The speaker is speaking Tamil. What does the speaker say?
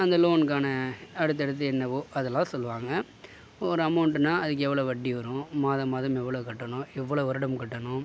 அந்த லோனுக்கான அடுத்தடுத்து என்னவோ அதெல்லாம் சொல்லுவாங்க ஒரு அமௌண்ட்டுன்னா அதுக்கு எவ்வளோ வட்டி வரும் மாதம் மாதம் எவ்வளோ கட்டணும் எவ்வளோ வருடம் கட்டணும்